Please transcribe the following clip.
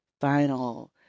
final